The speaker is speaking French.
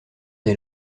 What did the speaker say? des